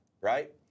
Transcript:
right